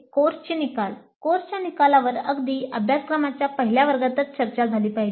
कोर्सचे निकाल कोर्सच्या निकालावर अगदी अभ्यासक्रमाच्या पहिल्या वर्गातच चर्चा झाली पाहिजे